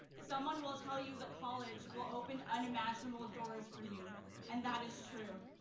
someone will tell you that college will open unimaginable doors for you and that is true.